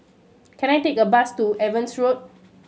can I take a bus to Evans Road